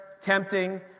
tempting